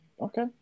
Okay